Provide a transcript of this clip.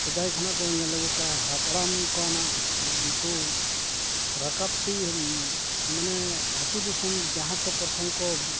ᱥᱮᱫᱟᱭ ᱠᱷᱚᱱᱟᱜ ᱠᱚ ᱧᱮᱞ ᱟᱹᱜᱩ ᱠᱟᱜᱼᱟ ᱦᱟᱯᱲᱟᱢ ᱠᱷᱚᱱᱟᱜ ᱩᱱᱠᱩ ᱨᱟᱠᱟᱵᱽ ᱛᱮᱜᱮ ᱢᱟᱱᱮ ᱟᱛᱳ ᱫᱤᱥᱚᱢ ᱡᱟᱦᱟᱸ ᱠᱚ ᱯᱨᱚᱛᱷᱚᱢ ᱠᱚ